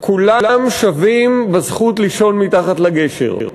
כולם שווים בזכות לישון מתחת לגשר.